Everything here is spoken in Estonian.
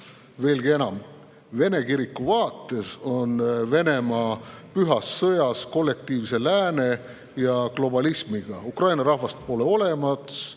Veelgi enam: Vene kiriku vaates on Venemaa pühas sõjas kollektiivse lääne ja globalismiga. Ukraina rahvast pole olemas.